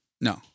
No